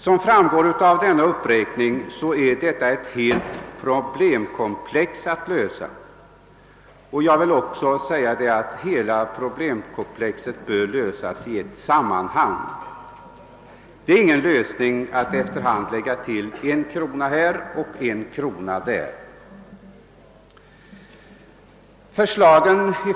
Som framgår av denna uppräkning är det ett helt problemkomplex som skall lösas, och jag vill också säga att det bör lösas i ett sammanhang. Det är ingen lösning att efter hand lägga till en krona här och en krona där, eller en resa hit och en resa dit.